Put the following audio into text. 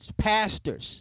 pastors